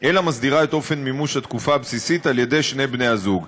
אלא מסדירה את אופן מימוש התקופה הבסיסית על-ידי שני בני-הזוג.